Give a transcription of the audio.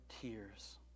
tears